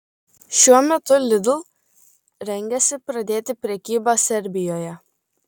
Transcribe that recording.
šiuo metu lidl rengiasi pradėti prekybą serbijoje